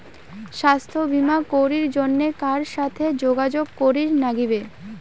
স্বাস্থ্য বিমা করির জন্যে কার সাথে যোগাযোগ করির নাগিবে?